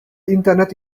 internet